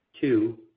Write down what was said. two